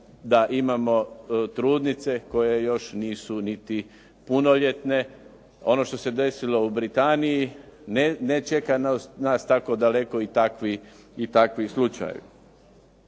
da imamo trudnice koje još nisu niti punoljetne. Ono što se desilo u Britaniji ne čeka nas tako daleko i takvi slučajevi.